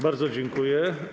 Bardzo dziękuję.